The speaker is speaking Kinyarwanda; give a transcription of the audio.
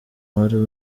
wari